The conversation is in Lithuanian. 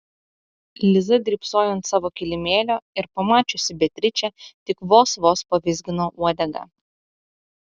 liza drybsojo ant savo kilimėlio ir pamačiusi beatričę tik vos vos pavizgino uodegą